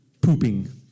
pooping